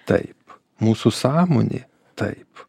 taip mūsų sąmonė taip